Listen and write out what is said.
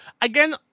again